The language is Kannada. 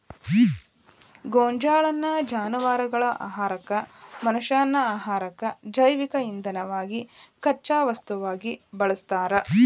ಗೋಂಜಾಳನ್ನ ಜಾನವಾರಗಳ ಆಹಾರಕ್ಕ, ಮನಷ್ಯಾನ ಆಹಾರಕ್ಕ, ಜೈವಿಕ ಇಂಧನವಾಗಿ ಕಚ್ಚಾ ವಸ್ತುವಾಗಿ ಬಳಸ್ತಾರ